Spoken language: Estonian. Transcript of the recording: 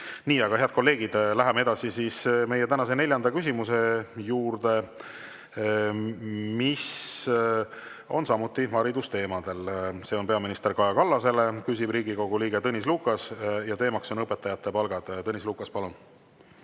Nii. Aga, head kolleegid, läheme tänase neljanda küsimuse juurde, mis on samuti haridusteemal. See on peaminister Kaja Kallasele, küsib Riigikogu liige Tõnis Lukas ja teema on õpetajate palgad. Tõnis Lukas, palun!